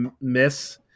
miss